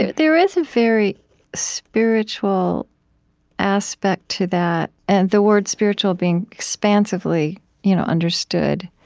there there is a very spiritual aspect to that and the word spiritual being expansively you know understood.